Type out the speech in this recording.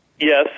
Yes